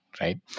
right